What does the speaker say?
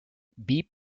beep